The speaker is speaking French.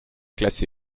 classé